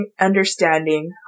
understanding